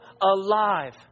alive